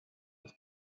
has